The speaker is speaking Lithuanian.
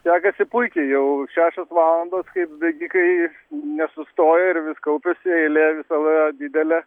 sekasi puikiai jau šešios valandos kaip bėgikai nesustoja ir vis kaupiasi eilė visada didelė